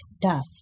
dust